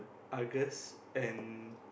Argus and